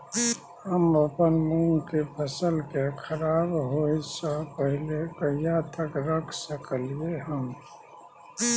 हम अपन मूंग के फसल के खराब होय स पहिले कहिया तक रख सकलिए हन?